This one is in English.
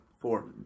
four